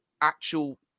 actual